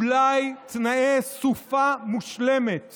אולי תנאי סופה מושלמת